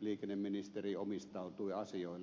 liikenneministeri omistautui asioilleen